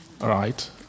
right